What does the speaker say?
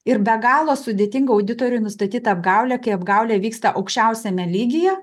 ir be galo sudėtinga auditoriui nustatyt tą apgaulę kai apgaulė vyksta aukščiausiame lygyje